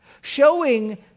showing